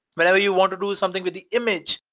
whenever you want to do something with the image,